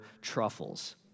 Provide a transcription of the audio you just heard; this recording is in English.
truffles